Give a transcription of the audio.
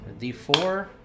D4